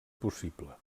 possible